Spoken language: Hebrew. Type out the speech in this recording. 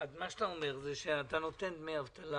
מה שאתה אומר זה ש אתה נותן דמי אבטלה